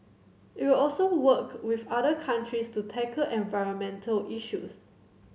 it will also work with other countries to tackle environmental issues